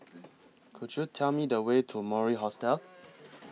Could YOU Tell Me The Way to Mori Hostel